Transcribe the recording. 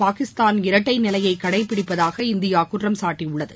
பாகிஸ்தான் இரட்டை நிலையை கடைபிடிப்பதாக இந்தியா குற்றம் சாட்டியுள்ளது